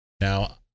Now